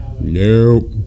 nope